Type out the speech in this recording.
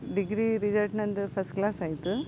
degree result ನನ್ನದು first ಕ್ಲಾಸಾಯಿತು